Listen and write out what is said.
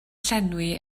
llenwi